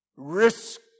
Risk